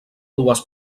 dues